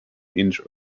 inch